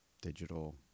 digital